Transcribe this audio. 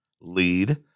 lead